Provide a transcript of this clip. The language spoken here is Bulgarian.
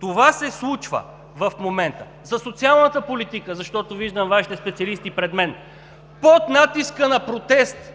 Това се случва в момента. За социалната политика, защото виждам Вашите специалисти пред мен – под натиска на протест